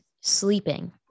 sleeping